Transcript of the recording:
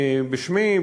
בשמי,